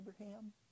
Abraham